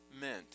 meant